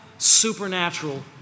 Supernatural